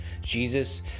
Jesus